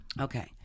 Okay